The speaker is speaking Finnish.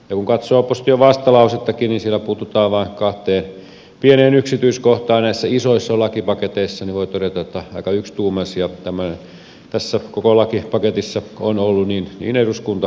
ja kun katsoo opposition vastalausettakin niin siellä puututaan vain kahteen pieneen yksityiskohtaan näissä isoissa lakipaketeissa eli voi todeta että aika yksituumainen tässä koko lakipaketissa on ollut eduskunta kaikkineen niin hallituspuolueet kuin oppositiokin